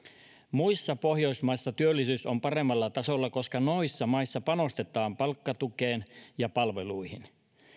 muissa pohjoismaissa työllisyys on paremmalla tasolla koska noissa maissa panostetaan palkkatukeen ja palveluihin